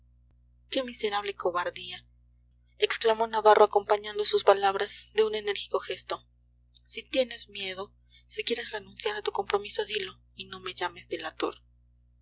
miserable cobardía exclamó navarro acompañando sus palabras de un enérgico gesto si tienes miedo si quieres renunciar a tu compromiso dilo y no me llames